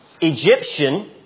Egyptian